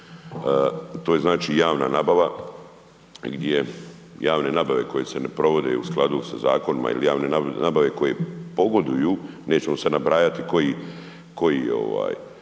To je znači javna nabava gdje javne nabave koje se ne provode u skladu sa zakonima ili javne nabave koje pogoduju, nećemo sada nabrajati koji